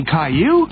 Caillou